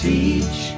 Teach